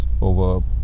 over